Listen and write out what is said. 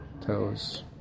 toes